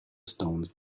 stones